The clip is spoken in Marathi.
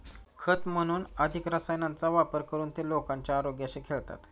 खत म्हणून अधिक रसायनांचा वापर करून ते लोकांच्या आरोग्याशी खेळतात